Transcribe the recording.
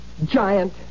Giant